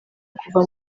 kuva